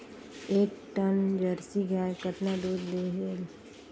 एक ठन जरसी गाय कतका दूध देहेल?